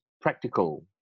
practical